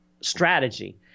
strategy